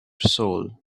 soul